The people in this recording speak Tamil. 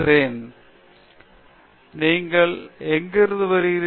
பேராசிரியர் பிரதாப் ஹரிதாஸ் நீங்கள் எங்கிருந்து வருகிறீர்கள்